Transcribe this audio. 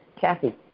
Kathy